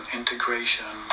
integration